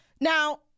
Now